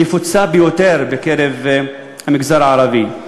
נפוצה ביותר בקרב המגזר הערבי.